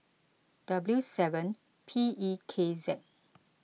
W seven P E K Z